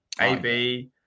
AB